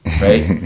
right